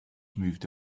moved